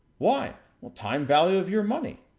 why? will time value of your money,